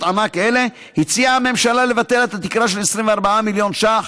ענק אלה הציעה הממשלה לבטל את התקרה של 24 מיליון ש"ח,